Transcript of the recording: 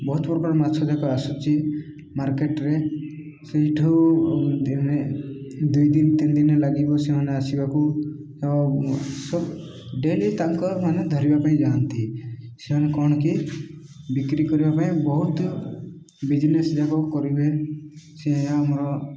ବହୁତ ପ୍ରକାର ମାଛ ଯାକ ଆସୁଛି ମାର୍କେଟ୍ରେ ସେଇଠୁ ଦିନେ ଦୁଇ ଦିନ ତିନି ଦିନ ଲାଗିବ ସେମାନେ ଆସିବାକୁ ସ ଡେଲି ତାଙ୍କ ମାନେ ଧରିବା ପାଇଁ ଯାଆନ୍ତି ସେମାନେ କ'ଣ କି ବିକ୍ରି କରିବା ପାଇଁ ବହୁତ ବିଜିନେସ୍ ଯାକ କରିବେ ସେ ଆମର